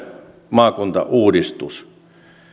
maakuntauudistus